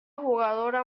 jugadora